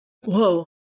Whoa